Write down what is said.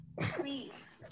please